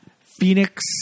phoenix